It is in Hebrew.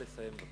נא לסיים.